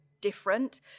different